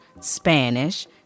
Spanish